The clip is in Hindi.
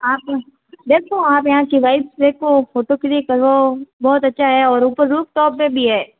आप देखो आप यहाँ कि वाइब देखो पोटो क्लिक करो बहुत अच्छा है और ऊपर रुफ टॉप पे भी है